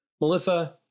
Melissa